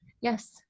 Yes